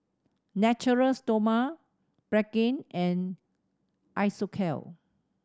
Natura Stoma Pregain and Isocal